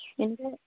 बेनोसै